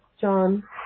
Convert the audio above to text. John